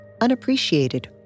unappreciated